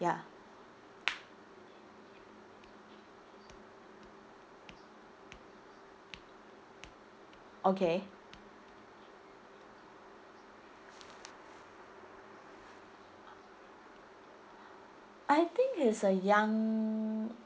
ya okay I think he's a young